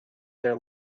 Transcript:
their